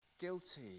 guilty